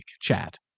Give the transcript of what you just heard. chat